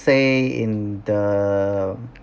say in the